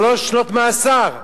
שלוש שנות מאסר.